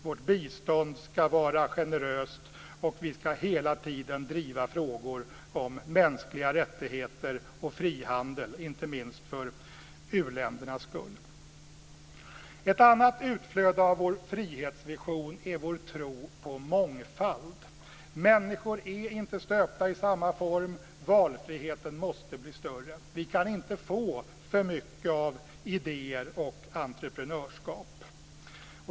Vårt bistånd ska vara generöst, och vi ska hela tiden driva frågor om mänskliga rättigheter och frihandel, inte minst för u-ländernas skull. Ett annat utflöde av vår frihetsvision är vår tro på mångfald. Människor är inte stöpta i samma form. Valfriheten måste bli större. Vi kan inte få för mycket av idéer och entreprenörskap.